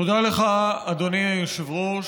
תודה לך, אדוני היושב-ראש.